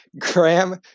Graham